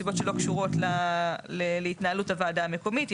סיבות שלא קשורות להתנהלות הוועדה המקומית,